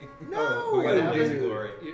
no